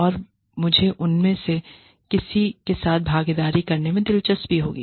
और मुझे उनमें से किसी के साथ भागीदारी करने में दिलचस्पी होगी